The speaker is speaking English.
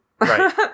Right